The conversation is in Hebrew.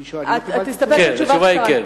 אני שואל אם, התשובה היא כן.